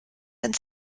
and